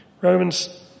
Romans